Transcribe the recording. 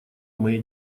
моей